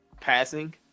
passing